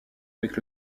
avec